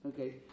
Okay